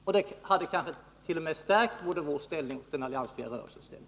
Och det hade kanske t.o.m. stärkt både vår och den alliansfria rörelsens ställning.